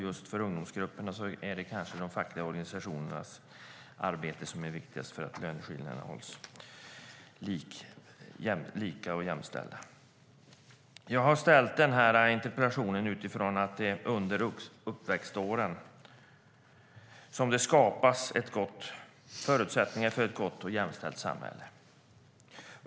Just för ungdomsgrupperna är det kanske de fackliga organisationernas arbete som är viktigast för att lönerna hålls lika och jämställda. Jag har ställt den här interpellationen utifrån att det är under uppväxtåren som förutsättningar skapas för ett gott och jämställt samhälle.